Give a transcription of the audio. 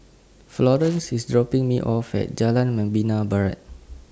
Florence IS dropping Me off At Jalan Membina Barat